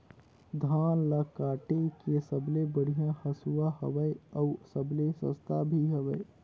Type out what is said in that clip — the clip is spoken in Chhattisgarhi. धान ल काटे के सबले बढ़िया हंसुवा हवये? अउ सबले सस्ता भी हवे?